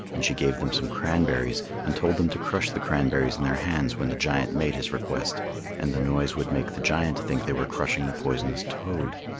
and she gave them some cranberries, and told them to crush the cranberries in their hands when the giant made his request and the noise would make the giant think they were crushing the poisonous toad.